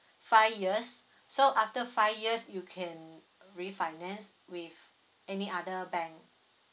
five years so after five years you can refinance with any other bank